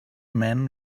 man